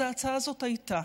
אז ההצעה הזאת הייתה,